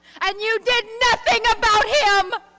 and you did nothing about him.